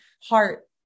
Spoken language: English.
heart